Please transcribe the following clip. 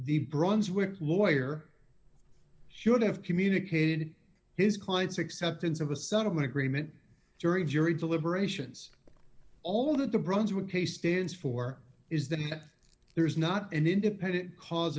the brunswick lawyer should have communicated his client's acceptance of a settlement agreement during jury deliberations all the brunswick a stands for is that he that there is not an independent cause